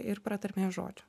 ir pratarmės žodžio